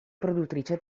produttrice